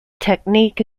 technique